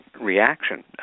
reaction